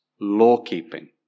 law-keeping